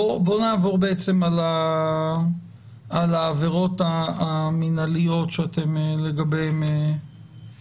בוא נעבור בעצם על העבירות המינהליות שלגביהן אתם